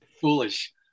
Foolish